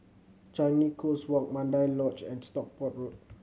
Changi Coast Walk Mandai Lodge and Stockport Road